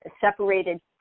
separated